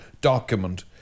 document